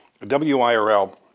WIRL